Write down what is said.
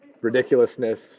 ridiculousness